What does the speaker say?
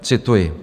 Cituji: